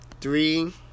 three